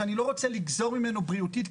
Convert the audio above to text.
שאני לא רוצה לגזור ממנו בריאותית,